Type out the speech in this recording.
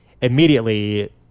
Immediately